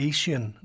Asian